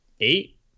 eight